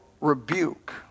rebuke